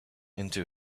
into